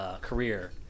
career